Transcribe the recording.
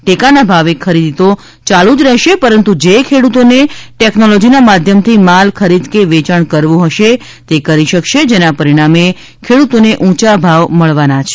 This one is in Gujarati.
ટેકાના ભાવે ખરીદી તો ચાલુ જ રહેશે પરંતુ જે ખેડૂતોને ટેકનોલોજીના માધ્યમથી માલ ખરીદ કે વેચાણ કરવો હશે એ કરી શકશે જેના પરિણામે ખેડૂતોને ઊંચા ભાવ મળવાના જ છે